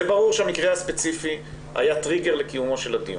זה ברור שהמקרה הספציפי היה טריגר לקיומו של הדיון,